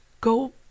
Go